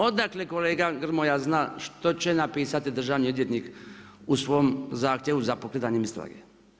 Odakle kolega Grmoja zna što će napisati Državni odvjetnik u svom zahtjevu za pokretanjem istrage.